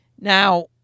Now